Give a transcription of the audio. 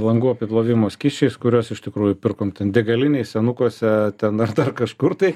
langų apiplovimo skysčiais kuriuos iš tikrųjų pirkom degalinėj senukuose ten aš dar kažkur tai